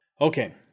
Okay